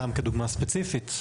סתם כדוגמה ספציפית,